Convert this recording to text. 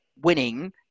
winning